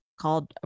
called